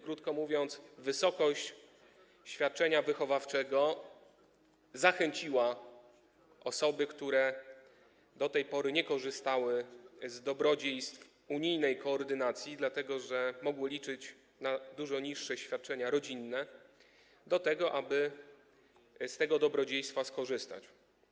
Krótko mówiąc, wysokość świadczenia wychowawczego zachęciła osoby, które do tej pory nie korzystały z dobrodziejstw unijnej koordynacji, dlatego że mogły one liczyć na dużo niższe świadczenia rodzinne, do tego, aby z tego dobrodziejstwa skorzystać.